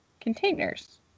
containers